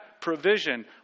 provision